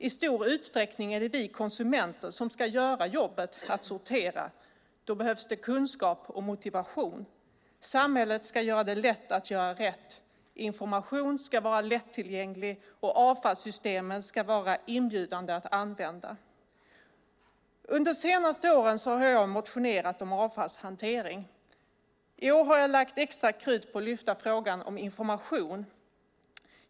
I stor utsträckning är det vi konsumenter som ska göra jobbet att sortera. Då behövs kunskap och motivation. Samhället ska göra det lätt att göra rätt. Information ska vara lättillgänglig, och avfallssystemen ska vara inbjudande att använda. Under de senaste åren har jag motionerat om avfallshantering. I år har jag lagt extra krut på att lyfta fram frågan om information.